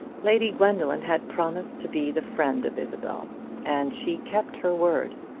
lady gwendoline had promised to be the friend of isabel and she kept her word.